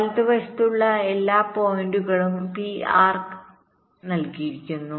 വലതുവശത്തുള്ള എല്ലാ പോയിന്റുകളും പി ആർക്ക് നൽകിയിരിക്കുന്നു